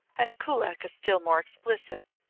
and kullak is still more explicit.